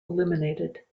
eliminated